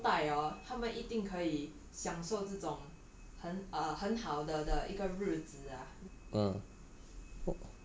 then 将来的的的后代 hor 一定可以享受这种很 err 很好的的一个日子 ah